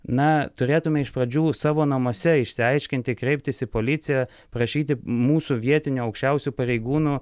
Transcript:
na turėtume iš pradžių savo namuose išsiaiškinti kreiptis į policiją prašyti mūsų vietinių aukščiausių pareigūnų